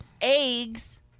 eggs